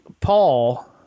Paul